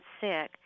sick